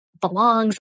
belongs